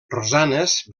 rosanes